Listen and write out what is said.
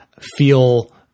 feel